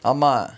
ஆமா:aamaa